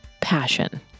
Passion